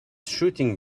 shooting